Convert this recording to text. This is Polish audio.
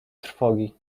trwogi